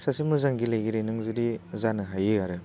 सासे मोजां गेलेगिरि नों जुदि जानो हायो आरो